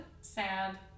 sad